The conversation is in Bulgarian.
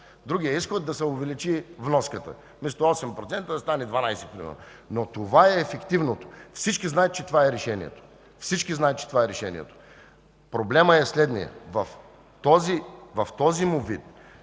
Другият изход е да се увеличи вноската, вместо 8% да стане 12 примерно, но това е ефективното. Всички знаят, че това е решението! Проблемът е следният: в този му вид